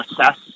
assess